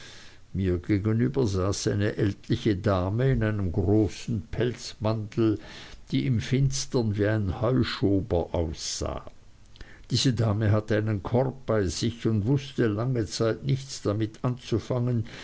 mir gegenüber saß eine ältliche dame in einem großen pelzmantel die im finstern wie ein heuschober aussah diese dame hatte einen korb bei sich und wußte lange zeit damit nichts anzufangen